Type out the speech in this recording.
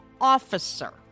officer